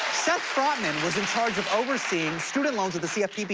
seth frotman was in charge of overseeing student loans at the cfpb.